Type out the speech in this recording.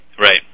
right